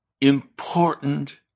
important